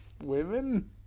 Women